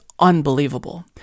Unbelievable